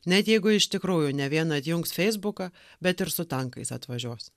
net jeigu iš tikrųjų nė viena atjungs feisbuką bet ir su tankais atvažiuos